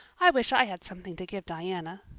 i wish i had something to give diana.